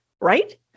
right